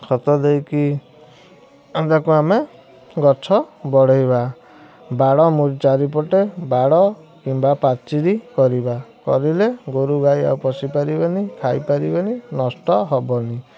ଖତ ଦେଇକି ତା'କୁ ଆମେ ଗଛ ବଢ଼େଇବା ବାଡ଼ ଚାରିପଟେ ବାଡ଼ କିମ୍ବା ପାଚେରୀ କରିବା କରିଲେ ଗୋରୁଗାଈ ଆଉ ପଶି ପାରିବେନି ଖାଇ ପାରିବେନି ନଷ୍ଟ ହେବନି